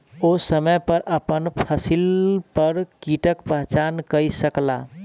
ओ समय पर अपन फसिल पर कीटक पहचान कय सकला